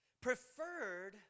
preferred